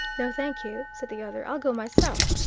no, thank you, said the other. i'll go myself.